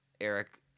Eric